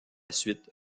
suite